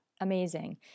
Amazing